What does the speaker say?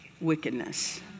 wickedness